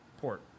port